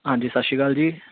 ਹਾਂਜੀ ਸਤਿ ਸ਼੍ਰੀ ਅਕਾਲ ਜੀ